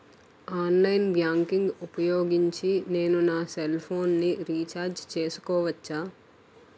Online banking ఊపోయోగించి నేను నా సెల్ ఫోను ని రీఛార్జ్ చేసుకోవచ్చా?